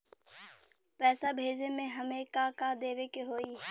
पैसा भेजे में हमे का का देवे के होई?